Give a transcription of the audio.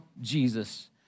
Jesus